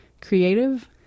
creative